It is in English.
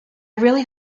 really